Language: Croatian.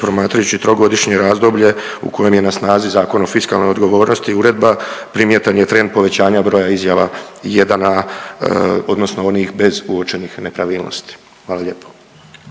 promatrajući trogodišnje razdoblje u kojoj je na snazi Zakon o fiskalnoj odgovornosti uredba primjetan je trend povećanja broja izjava 1a, odnosno onih bez uočenih nepravilnosti. Hvala lijepo.